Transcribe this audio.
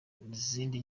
izindi